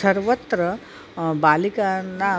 सर्वत्र बालिकानां